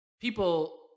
people